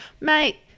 mate